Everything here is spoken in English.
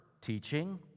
teaching